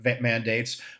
Mandates